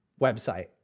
website